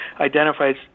identifies